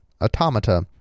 automata